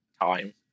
time